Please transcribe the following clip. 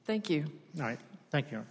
thank you thank you